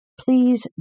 please